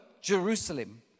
Jerusalem